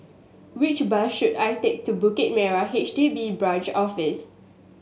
which bus should I take to Bukit Merah H D B Branch Office